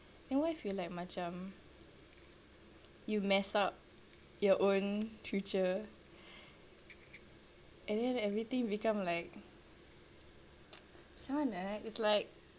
then what if you like macam you mess up your own future and then everything become like macam mana eh it's like